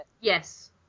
Yes